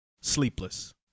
Sleepless